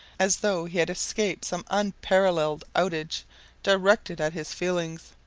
as though he had escaped some unparalleled outrage directed at his feelings.